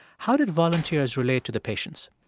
how did volunteers relate to the patients?